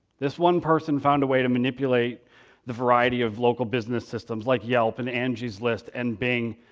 this one person found a way to manipulate the variety of local business systems, like yelp, and angie's list, and bing,